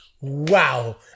Wow